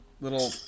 little